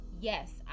yes